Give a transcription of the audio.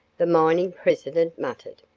the mining president muttered.